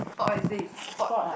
what is this spot ah